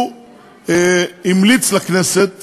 המליץ לכנסת